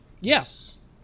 Yes